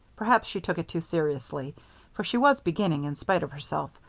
perhaps she took it too seriously for she was beginning, in spite of herself,